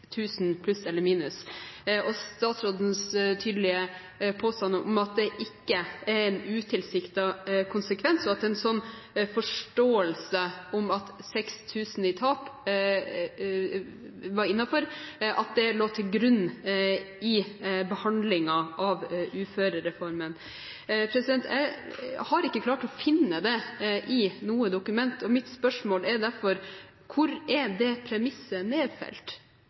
kr pluss eller minus, og statsrådens tydelige påstand om at det ikke er en utilsiktet konsekvens, og at en forståelse av at 6 000 kr i tap var innenfor det som lå til grunn da man behandlet uførereformen. Jeg har ikke klart å finne det i noe dokument, og mitt spørsmål er derfor: Hvor er det premisset nedfelt?